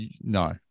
No